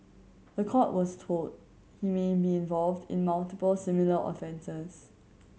the court was told he may be involved in multiple similar offences